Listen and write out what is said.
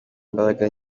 imbaraga